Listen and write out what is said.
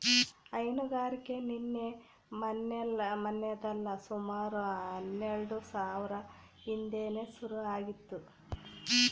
ಹೈನುಗಾರಿಕೆ ನಿನ್ನೆ ಮನ್ನೆದಲ್ಲ ಸುಮಾರು ಹನ್ನೆಲ್ಡು ಸಾವ್ರ ಹಿಂದೇನೆ ಶುರು ಆಗಿತ್ತು